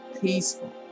peaceful